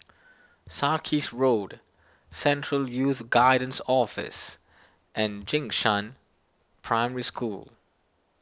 Sarkies Road Central Youth Guidance Office and Jing Shan Primary School